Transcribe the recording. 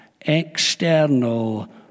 external